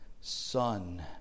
son